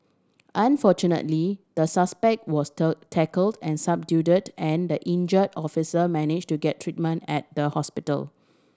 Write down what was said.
unfortunately the suspect was tackled and subdued and the injure officer manage to get treatment at the hospital